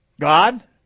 God